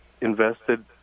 invested